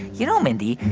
you know, mindy,